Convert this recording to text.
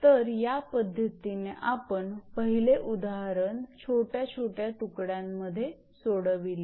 तर या पद्धतीने आपण पहिले उदाहरण छोट्या छोट्या तुकड्यांमध्ये सोडविले